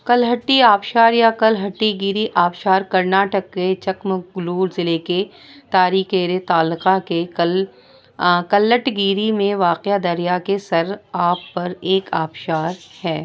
کلہٹّی آبشار یا کلہٹّی گیری آبشار کرناٹک کے چکمک گلور ضلعے کے تاریکیرے تعلقہ کے کل کلّٹگیری میں واقع دریا کے سر آب پر ایک آبشار ہے